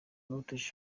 not